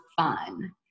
fun